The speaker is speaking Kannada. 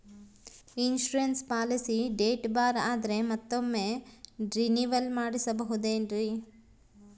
ಇನ್ಸೂರೆನ್ಸ್ ಪಾಲಿಸಿ ಡೇಟ್ ಬಾರ್ ಆದರೆ ಮತ್ತೊಮ್ಮೆ ರಿನಿವಲ್ ಮಾಡಿಸಬಹುದೇ ಏನ್ರಿ?